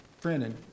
Brandon